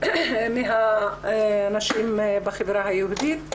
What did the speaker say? מהנשים בחברה היהודית.